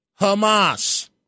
Hamas